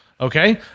okay